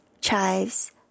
chives